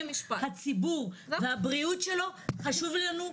הציבור והבריאות שלו חשוב לנו,